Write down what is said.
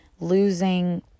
losing